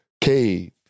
cave